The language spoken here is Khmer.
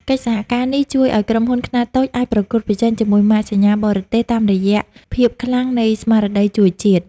កិច្ចសហការនេះជួយឱ្យក្រុមហ៊ុនខ្នាតតូចអាចប្រកួតប្រជែងជាមួយម៉ាកសញ្ញាបរទេស តាមរយៈភាពខ្លាំងនៃស្មារតីជួយជាតិ។